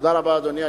תודה רבה, אדוני.